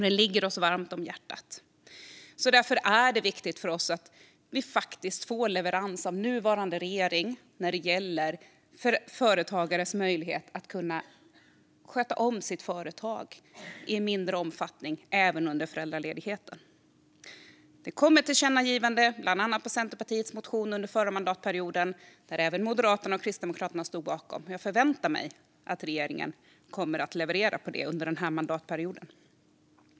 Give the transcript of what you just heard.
Den ligger oss varmt om hjärtat. Därför är det viktigt att vi får leverans av nuvarande regering när det gäller företagares möjlighet att sköta sitt företag i mindre omfattning även under föräldraledigheten. Det kom ett tillkännagivande under förra mandatperioden, bland annat baserat på en motion från Centerpartiet. Även Moderaterna och Kristdemokraterna stod bakom det. Jag förväntar mig att regeringen kommer att leverera på detta under den här mandatperioden.